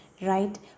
right